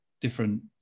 different